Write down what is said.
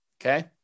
Okay